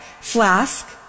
Flask